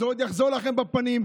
זה עוד יחזור אליכם בפנים.